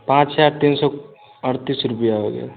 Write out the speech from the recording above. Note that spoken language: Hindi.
पाँच हज़ार तीन सौ अड़तीस रुपया हो गया